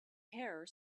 hare